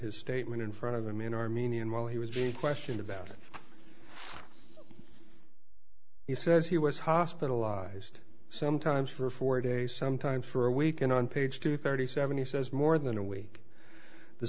his statement in front of him in armenian while he was questioned about he says he was hospitalized sometimes for four days sometimes for a week and on page two thirty seven he says more than a week the